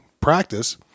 practice